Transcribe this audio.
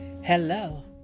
Hello